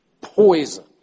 poison